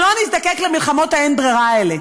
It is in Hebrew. שלא נזדקק למלחמות האין-ברירה האלה.